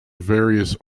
various